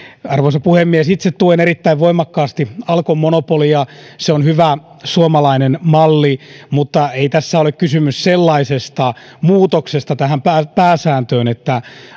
arvoisa puhemies itse tuen erittäin voimakkaasti alkon monopolia se on hyvä suomalainen malli mutta ei tässä ole kysymys sellaisesta muutoksesta tähän pääsääntöön että